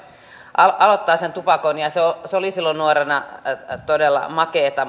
aloittavat sen tupakoinnin ja se se oli silloin nuorena todella makeeta